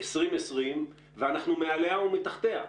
ב-17.6.2020 ואנחנו מעליה או מתחתיה?